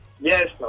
Yes